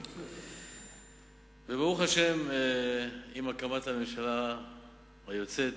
ברוך השם, עם הקמת הממשלה היוצאת